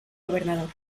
gobernador